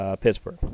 Pittsburgh